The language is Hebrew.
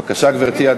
בבקשה, גברתי.